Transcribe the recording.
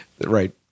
right